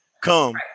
come